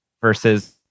versus